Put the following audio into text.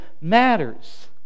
matters